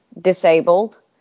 disabled